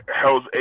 Hell's